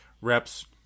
Reps